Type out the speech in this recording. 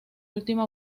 última